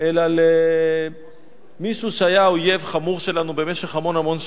אלא למישהו שהיה אויב חמור שלנו במשך המון המון שנים.